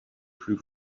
plus